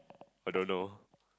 I don't know